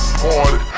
party